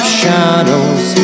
shadows